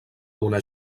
una